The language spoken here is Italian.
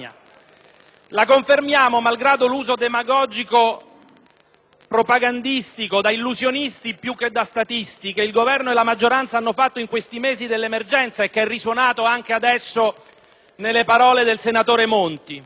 La confermiamo malgrado l'uso demagogico, propagandistico, da illusionisti più che da statisti, che il Governo e la maggioranza hanno fatto in questi mesi dell'emergenza e che è risuonato anche adesso nelle parole del senatore Monti;